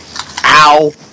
Ow